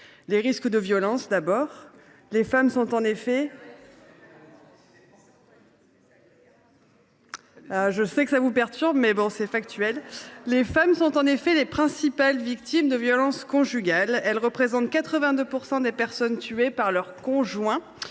des risques de violences. Les femmes sont en effet les principales victimes de violences conjugales. Elles représentent 82 % des personnes tuées par leur conjoint